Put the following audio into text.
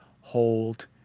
hold